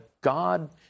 God